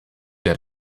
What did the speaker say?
der